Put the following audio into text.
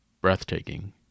breathtaking